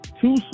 Two